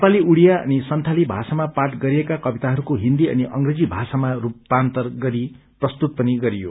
नेपाली ओडिया अनि संथाली भाषामा पाठ गरिएका कविताहरूको हिन्दी अनि अंग्रेजी भाषामा रूपान्तर गरि प्रस्तुत पनि गरियो